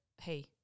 hey